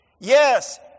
yes